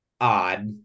odd